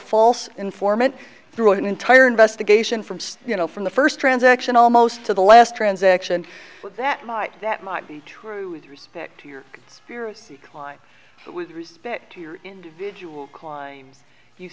false informant through an entire investigation from you know from the first transaction almost to the last transaction that might that might be true with respect to your conspiracy why but with respect to your individual climbs you